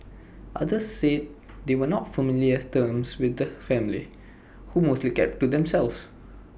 others said they were not familiar terms with the family who mostly kept to themselves